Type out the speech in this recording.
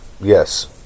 yes